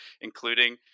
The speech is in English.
including